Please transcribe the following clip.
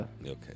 okay